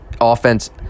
Offense